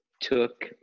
took